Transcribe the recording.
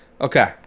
Okay